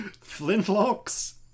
Flintlocks